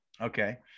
Okay